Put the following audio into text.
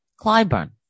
Clyburn